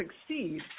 succeed